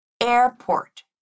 airport